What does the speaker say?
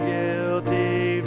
Guilty